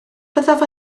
byddaf